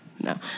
no